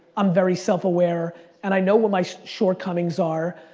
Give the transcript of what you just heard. i'm very self-aware and i know where my short-comings are.